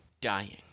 dying